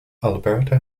alberta